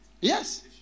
Yes